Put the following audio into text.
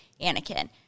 Anakin